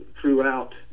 throughout